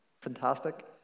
Fantastic